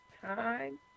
time